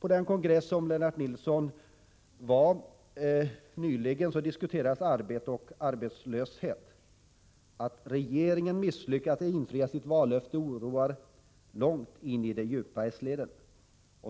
På den kongress som Lennart Nilsson nyligen deltog i diskuterades arbete och arbetslöshet. Att regeringen misslyckats med att infria sitt vallöfte oroar djupt inis-leden.